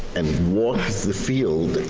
and walk the field,